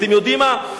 אתם יודעים מה?